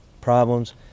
problems